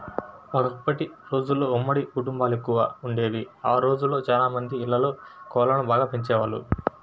ఒకప్పటి రోజుల్లో ఉమ్మడి కుటుంబాలెక్కువగా వుండేవి, ఆ రోజుల్లో చానా మంది ఇళ్ళల్లో కోళ్ళను బాగా పెంచేవాళ్ళు